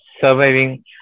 surviving